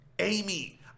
Amy